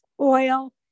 oil